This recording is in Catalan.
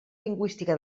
lingüística